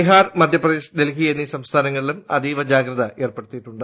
ബിഹാർ മധ്യപ്രദേശ് ഡൽഹി എന്നീ സംസ്ഥാനങ്ങളിലും അതീവജാഗ്രത ഏർപ്പെടുത്തിയിട്ടുണ്ട്